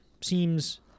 seems